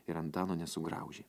ir antano nesugraužė